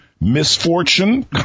Misfortune